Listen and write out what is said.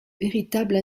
véritable